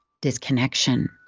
disconnection